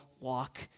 walk